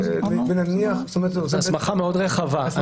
זו הסמכה מאוד רחבה,